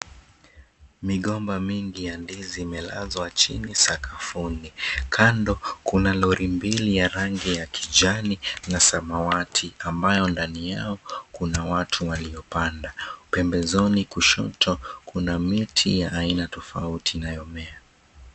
Migomba mingi ya ndizi imelazwa chini sakafuni. Kando kuna lori mbili ya rangi ya kijani na samawati ambayo ndani yao kuna watu waliopanda. Pembezoni kushoto kuna miti ya aina tofauti inayomea.